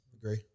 agree